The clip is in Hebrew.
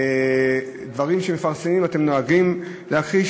דברים שמפרסמים, אתם נוהגים להכחיש.